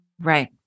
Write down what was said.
Right